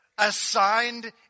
assigned